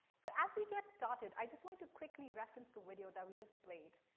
so as we get started, i just want to quickly reference the video that we just played.